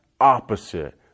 opposite